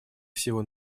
всего